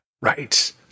Right